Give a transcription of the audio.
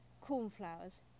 cornflowers